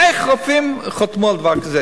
איך רופאים חתמו על דבר כזה,